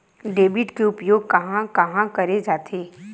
Debit के उपयोग कहां कहा करे जाथे?